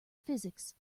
physics